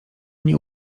nie